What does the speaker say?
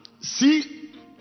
See